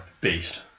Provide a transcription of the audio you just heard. beast